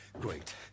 great